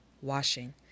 washing